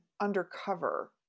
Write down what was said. undercover